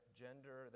gender